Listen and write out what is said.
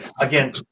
Again